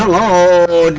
o